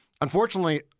unfortunately